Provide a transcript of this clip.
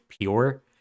pure